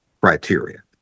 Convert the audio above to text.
criteria